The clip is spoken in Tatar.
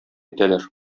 итәләр